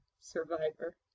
survivor